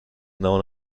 known